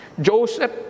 Joseph